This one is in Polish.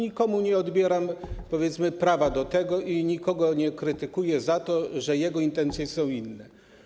Nikomu nie odbieram prawa do tego i nikogo nie krytykuję za to, że jego intencje są inne.